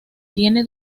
tiene